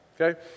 okay